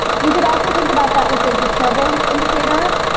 you could also think about that with the disturbance indicator,